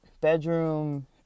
bedroom